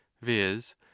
viz